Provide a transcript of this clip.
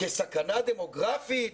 כסכנה דמוגרפית,